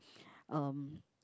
um